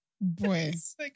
Boys